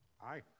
Aye